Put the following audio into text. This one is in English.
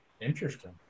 Interesting